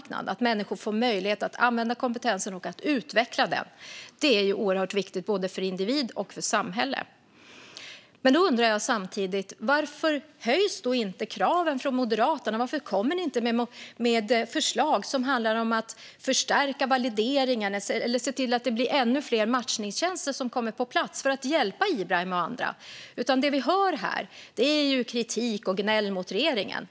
Det handlar om att människor får möjlighet att använda kompetensen och utveckla den. Det är oerhört viktigt för både individ och samhälle. Jag undrar samtidigt: Varför höjs inte kraven från Moderaterna? Varför kommer ni inte med förslag som handlar om att förstärka valideringen eller att se till att det blir ännu fler matchningstjänster som kommer på plats för att hjälpa Ibrahim och andra? Det vi hör här är kritik och gnäll mot regeringen.